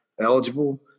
eligible